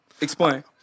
Explain